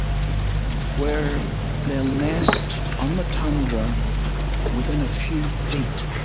where they'll nest on the tundra within a few feet